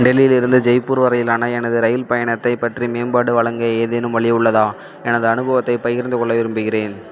டெல்லியிலிருந்து ஜெய்ப்பூர் வரையிலான எனது ரயில் பயணத்தைப் பற்றி மேம்பாடு வழங்க ஏதேனும் வழி உள்ளதா எனது அனுபவத்தைப் பகிர்ந்து கொள்ள விரும்புகிறேன்